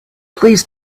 please